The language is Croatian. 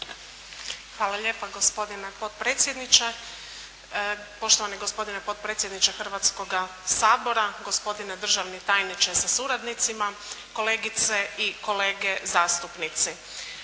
Hvala lijepa gospodine potpredsjedniče. Poštovani gospodine potpredsjedniče Hrvatskoga sabora, gospodine državni tajniče sa suradnicima, kolegice i kolege zastupnici.